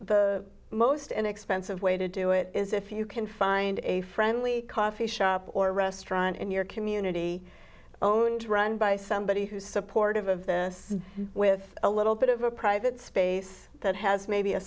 the most inexpensive way to do it is if you can find a friendly coffee shop or restaurant in your community own to run by somebody who supportive of this with a little bit of a private space that has maybe a